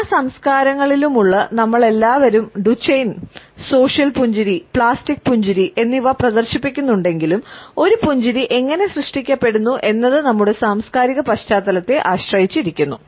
എല്ലാ സംസ്കാരങ്ങളിലുമുള്ള നമ്മളെല്ലാവരും ഡുചെൻ പുഞ്ചിരി എന്നിവ പ്രദർശിപ്പിക്കുന്നുണ്ടെങ്കിലും ഒരു പുഞ്ചിരി എങ്ങനെ സൃഷ്ടിക്കപ്പെടുന്നു എന്നത് നമ്മുടെ സാംസ്കാരിക പശ്ചാത്തലത്തെ ആശ്രയിച്ചിരിക്കുന്നു